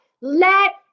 Let